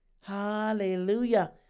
Hallelujah